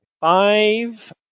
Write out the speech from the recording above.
five